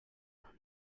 than